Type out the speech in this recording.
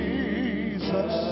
Jesus